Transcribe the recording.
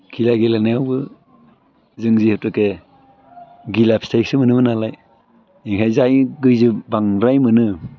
घिला गेलेनायावबो जों जिहेतुके घिला फिथाइसो मोनोमोन नालाय बेवहाय जाय बिजों बांद्राय मोनो